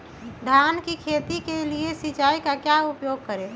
धान की खेती के लिए सिंचाई का क्या उपयोग करें?